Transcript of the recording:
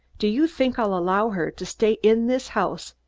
do you think i'll allow her to stay in this house,